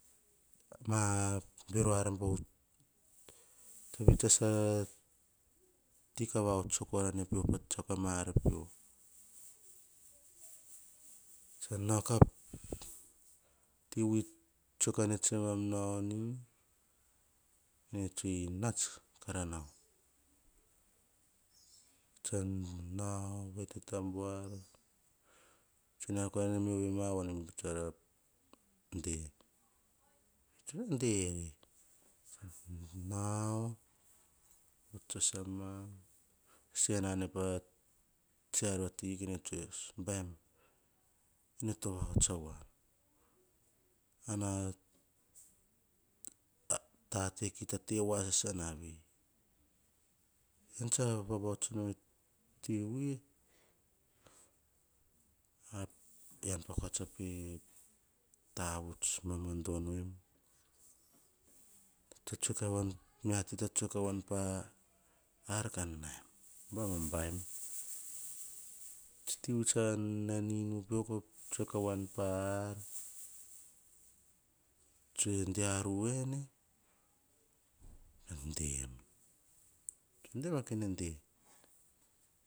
Ma bero ar baovu. Tsi vets as ati ka vahots sako rane pa ma ar pio. Tsa na ka tivui tsoe keane tsema nao ni, kene tsoe nats kara nao, tsa nao, vai tete buar. Ar nene me avema vaon tsara de, tsa dei, nao vuts sasama kes sanane pa tsi ar vati. Kene tsoe baim! Ane to vahot avoan, ar na tate kita te voasasa na vei. An tsa vavahots noma ti vui, ean pakua tsa pe tavuts mama dono em, ta tsoe kavuan miati ta tsoe kavuan pa ar kan naim. Baim a baim, tsi ti tsan nao em inu pio ko tsoe ka voan pa ar, tsoe dea ruene, kan de em.